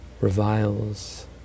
reviles